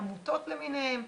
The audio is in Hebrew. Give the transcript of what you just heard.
עמותות למיניהן.